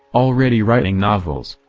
already writing novels.